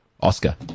Oscar